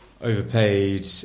overpaid